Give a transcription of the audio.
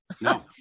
No